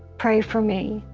pray for me,